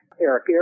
Eric